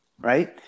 right